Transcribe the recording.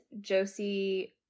Josie